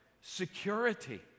security